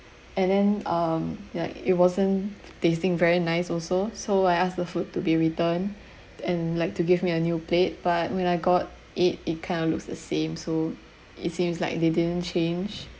and then um like it wasn't tasting very nice also so I ask the food to be returned and like to give me a new plate but when I got it it kind of looks the same so it seems like they didn't change